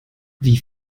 wie